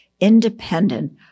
independent